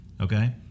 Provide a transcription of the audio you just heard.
okay